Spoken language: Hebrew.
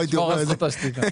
אני אשמור על זכות השתיקה.